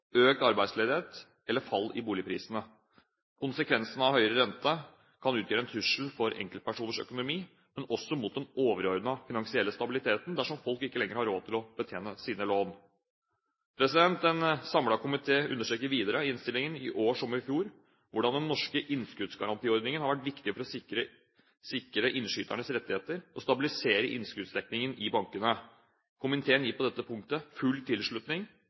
økt arbeidsledighet, eller fall i boligprisene. Konsekvensene av høyere rente kan utgjøre en trussel for enkeltpersoners økonomi, men også mot den overordnede finansielle stabiliteten, dersom folk ikke lenger har råd til å betjene sine lån. En samlet komité understreker videre i innstillingen i år som i fjor, hvordan den norske innskuddsgarantiordningen har vært viktig for å sikre innskyternes rettigheter og stabilisere innskuddsdekningen i bankene. Komiteen gir på dette punktet full tilslutning